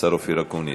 השר אופיר אקוניס.